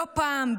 לא פעם,